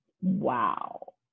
wow